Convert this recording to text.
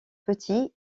petits